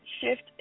shift